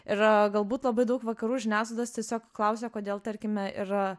ir galbūt labai daug vakarų žiniasklaidos tiesiog klausė kodėl tarkime ir